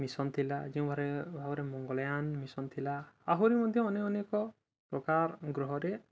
mission ଥିଲା ଯେଉଁ ଭାବରେ ମଙ୍ଗଳୟାନ ମିଶନ୍ ଥିଲା ଆହୁରି ମଧ୍ୟ ଅନେକ ପ୍ରକାର ଗ୍ରହରେ